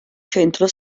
centro